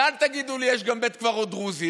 ואל תגידו לי: יש גם בית קברות דרוזי.